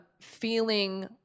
feeling